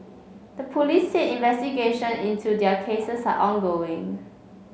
the police said investigation into their cases are ongoing